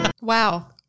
wow